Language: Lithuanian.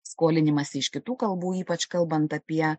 skolinimąsi iš kitų kalbų ypač kalbant apie